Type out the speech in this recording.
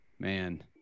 Man